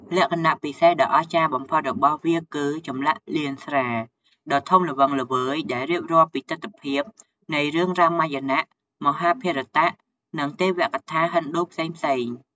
លក្ខណៈពិសេសដ៏អស្ចារ្យបំផុតរបស់វាគឺ ចម្លាក់លៀនស្រាលដ៏ធំល្វឹងល្វើយដែលរៀបរាប់ពីទិដ្ឋភាពនៃរឿងរាមាយណៈ មហាភារតៈ និងទេវកថាហិណ្ឌូផ្សេងៗ ។